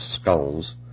skulls